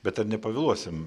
bet ar nepavėluosim